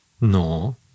No